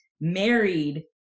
married